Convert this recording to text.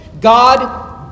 God